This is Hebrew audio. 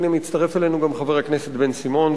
הנה מצטרף אלינו גם חבר הכנסת בן-סימון,